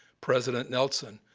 president nelson,